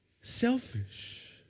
selfish